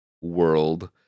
world